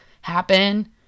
happen